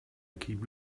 keep